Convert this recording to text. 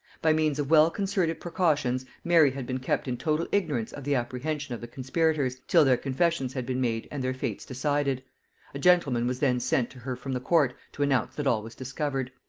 by means of well concerted precautions, mary had been kept in total ignorance of the apprehension of the conspirators, till their confessions had been made and their fates decided a gentleman was then sent to her from the court to announce that all was discovered.